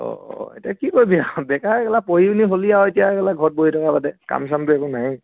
অঁ অঁ এতিয়া কি কৰিব আৰু বেকাৰ কেলা পঢ়ি শুনি হলি আৰু এতিয়াও কেলা ঘৰত বহি থকা বাদে কাম চামটো একো নায়ই